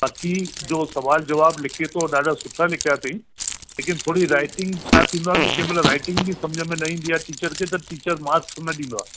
बाक़ी जो सुवालु जवाबु लिखे थो ॾाढा सुठा लिखिया अथईं लेकिन थोरी राइटिंग छा थींदो आहे की कंहिंमहिल राइटिंग बि सम्झि में न ईंदी आहे टीचर खे त टीचर मार्क्स न ॾींदो आहे